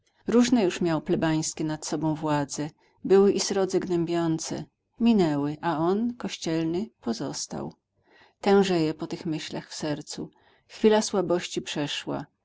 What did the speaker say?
różne już miał plebańskie nad sobą władze były i srodze gnębiące minęły a on kościelny pozostał tężeje po tych myślach w sercu chwila słabości przeszła